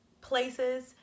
places